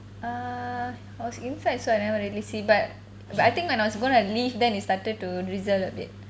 err I was inside so I never really see but but I think when I was gonna leave then it started to drizzle a bit